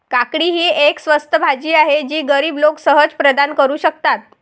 काकडी ही एक स्वस्त भाजी आहे जी गरीब लोक सहज प्रदान करू शकतात